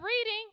reading